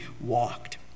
walked